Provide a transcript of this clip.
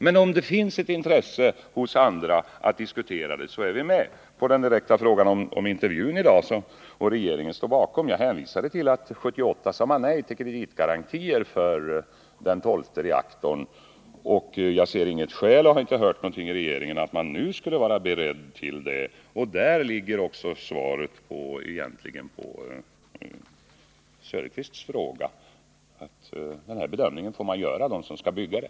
Men om det finns ett intresse hos andra att diskutera saken är vi med. På den direkta frågan om intervjun i dag vill jag säga att regeringen står bakom vad jag sade. Jag hänvisade till att man 1978 sade nej till kreditgarantier för den tolfte reaktorn. Jag ser inget skäl, och har inte heller hört någonting i regeringen härom, att man nu skulle vara beredd att lämna sådana garantier. Detta är egentligen också svaret på Oswald Söderqvists fråga. De som skall bygga får alltså göra den här bedömningen.